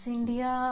India